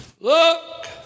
Look